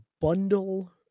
bundle